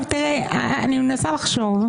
אני מנסה לחשוב,